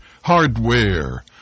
hardware